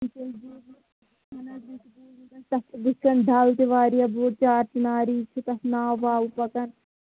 بِیٚیِہ چُھ اَسہِ بوٗزمُت اہن حظ بیٚیہِ چھُ بوٗزمُت اَسہِ تَتھ چھُ بٕتھہِ کٔنۍ ڈل تہِ واریاہ بۄڑ چارچِناری چھِ تَتھ ناوٕ واوٕ پکَان